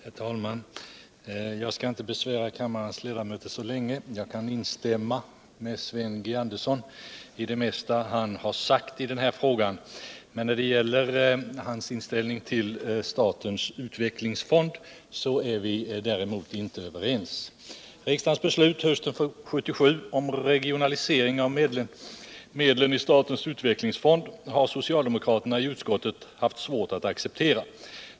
Herr talman! Jag skall inte besvära kammarens ledamöter så länge. Jag kan instämma i det mesta av vad Sven Andersson i Örebro har sagt i den här frågan. När det gäller hans inställning till statens utvecklingsfond är vi däremot inte överens. Riksdagens beslut hösten 1977 om regionalisering av medlen i statens utvecklingsfond har socialdemokraterna i utskottet haft svårt att acceptera.